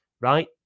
right